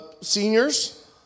seniors